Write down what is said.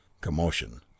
Commotion